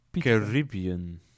Caribbean